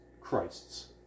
Christ's